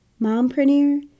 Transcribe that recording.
mompreneur